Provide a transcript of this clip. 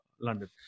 London